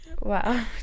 Wow